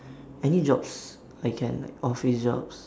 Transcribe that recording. any jobs I can like office jobs